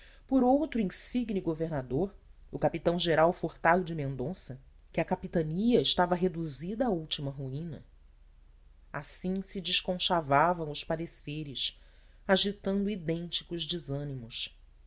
por outro insigne governador o capitão general furtado de mendonça que a capitania estava reduzida à última ruína assim se desconchavam os pareceres agitando idênticos desânimos